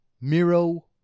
Miro